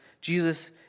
Jesus